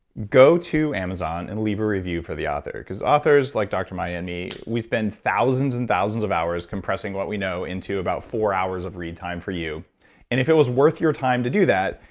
go to amazon and leave a review for the author. authors, like dr maya and me, we spend thousands and thousands of hours compressing what we know into about four hours of read time for you and if it was worth your time to do that,